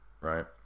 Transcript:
right